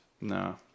No